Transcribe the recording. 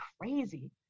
crazy